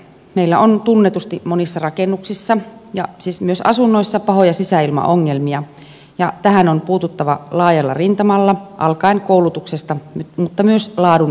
meillä on tunnetusti monissa rakennuksissa ja siis myös asunnoissa pahoja sisäilmaongelmia ja tähän on puututtava laajalla rintamalla alkaen koulutuksesta mutta myös laadunvalvonnasta